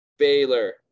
Baylor